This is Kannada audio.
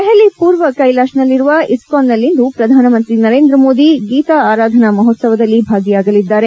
ದೆಹಲಿಯ ಪೂರ್ವ ಕೈಲಾಶ್ ನಲ್ಲಿರುವ ಇಸ್ತಾನ್ ನಲ್ಲಿಂದು ಪ್ರಧಾನಮಂತ್ರಿ ನರೇಂದ್ರ ಮೋದಿ ಗೀತಾ ಆರಾಧನಾ ಮಹೋತ್ಲವದಲ್ಲಿ ಭಾಗಿಯಾಗಲಿದ್ದಾರೆ